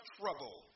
trouble